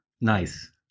Nice